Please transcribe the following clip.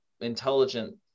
intelligent